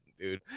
dude